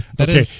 Okay